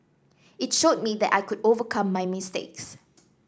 it showed me that I could overcome my mistakes